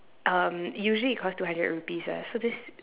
um usually it cost two hundred rupees ah so this